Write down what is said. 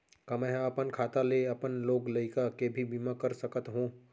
का मैं ह अपन खाता ले अपन लोग लइका के भी बीमा कर सकत हो